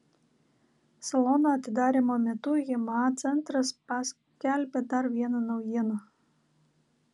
salono atidarymo metu jma centras paskelbė dar vieną naujieną